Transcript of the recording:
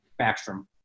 Backstrom